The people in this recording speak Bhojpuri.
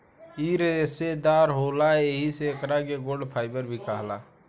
इ रेसादार होला एही से एकरा के गोल्ड फाइबर भी कहाला